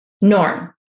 norm